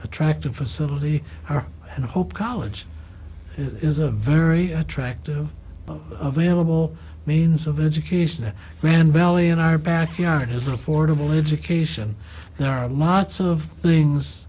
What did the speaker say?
attractive facility and hope college is a very attractive but available means of education at grande valley in our backyard is an affordable education there are lots of things